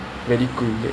medical